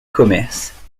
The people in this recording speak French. commerce